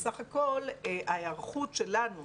בסך הכול ההיערכות שלנו,